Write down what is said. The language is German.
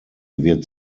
wird